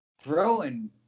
throwing